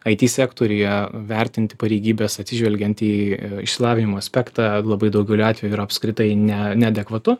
it sektoriuje vertinti pareigybes atsižvelgiant į išsilavinimo aspektą labai daugeliu atvejų yra apskritai ne neadekvatu